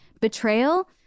betrayal